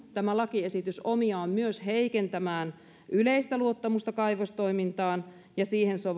tämä lakiesitys on omiaan myös heikentämään yleistä luottamusta kaivostoimintaan ja siihen